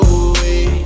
away